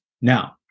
Now